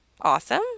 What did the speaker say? Awesome